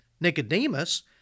Nicodemus